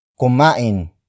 Kumain